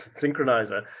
synchronizer